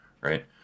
Right